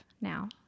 now